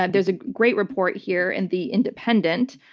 ah there's a great report here in the independent,